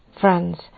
Friends